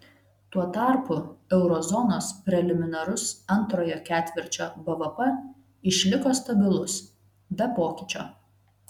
tuo tarpu euro zonos preliminarus antrojo ketvirčio bvp išliko stabilus be pokyčio